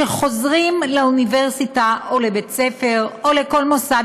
שחוזרים לאוניברסיטה או לבית-ספר או לכל מוסד